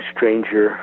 Stranger